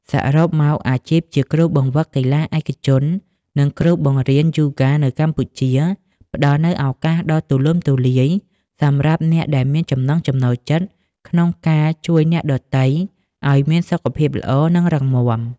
សរុបមក អាជីពជាគ្រូបង្វឹកកីឡាឯកជន និងគ្រូបង្រៀនយូហ្គានៅកម្ពុជាផ្តល់នូវឱកាសដ៏ទូលំទូលាយសម្រាប់អ្នកដែលមានចំណង់ចំណូលចិត្តក្នុងការជួយអ្នកដទៃឱ្យមានសុខភាពល្អ និងរឹងមាំ។